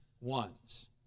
ones